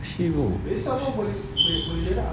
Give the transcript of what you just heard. actually no